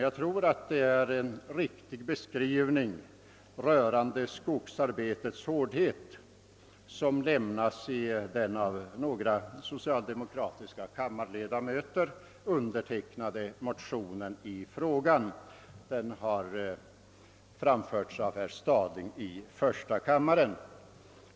Jag tror att det är en riktig beskrivning av det hårda arbetet i skogen som lämnas i den av några socialdemokratiska kammarledamöter undertecknade motionen i frågan. Den har väckts av herr Stadling i första kammaren.